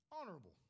honorable